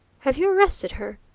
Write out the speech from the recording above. have you arrested her?